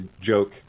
joke